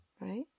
right